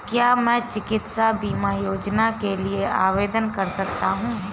क्या मैं चिकित्सा बीमा योजना के लिए आवेदन कर सकता हूँ?